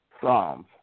Psalms